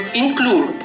include